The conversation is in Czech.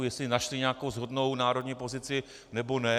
Jestli našli nějakou shodnou národní pozici, nebo ne.